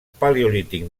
paleolític